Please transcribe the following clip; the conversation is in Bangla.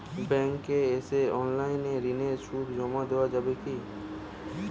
ব্যাংকে না এসে অনলাইনে ঋণের সুদ জমা দেওয়া যাবে কি?